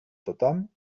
tothom